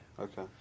Okay